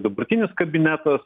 dabartinis kabinetas